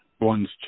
one's